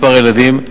מספר ילדים,